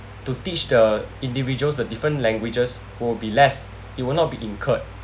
to teach the individuals the different languages will be less it will not be incurred